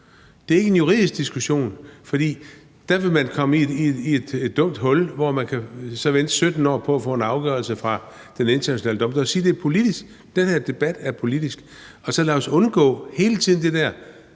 Det er ikke en juridisk diskussion, for der vil man havne i et dumt hul, hvor man så kan vente i 17 år på at få en afgørelse fra Den Internationale Domstol. Lad os sige, at det er politisk, at den her debat er politisk, og lad os så undgå, at man hele tiden siger